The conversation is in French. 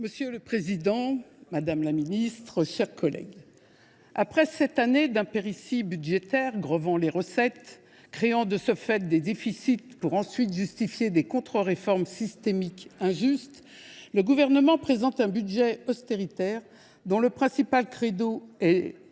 Monsieur le président, madame la ministre, mes chers collègues, après sept années d’impéritie budgétaire qui ont grevé les recettes et créé des déficits, lesquels ont ensuite justifié des contre réformes systémiques injustes, le Gouvernement présente un budget austéritaire, dont le principal credo est